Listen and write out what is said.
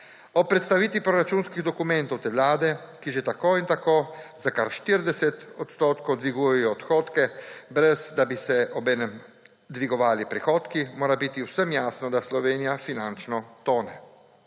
Ob predstavitvi proračunskih dokumentov te vlade, ki že tako in tako za kar 40 % dvigujejo odhodke, ne da bi se obenem dvigovali prihodki, mora biti vsem jasno, da Slovenija finančno tone.